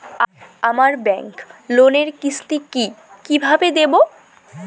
আমার ব্যাংক লোনের কিস্তি কি কিভাবে দেবো?